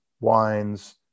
wines